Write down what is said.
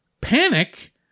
Panic